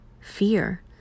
fear